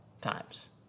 times